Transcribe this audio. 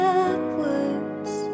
upwards